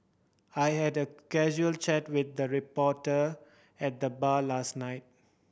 I had a casual chat with a reporter at the bar last night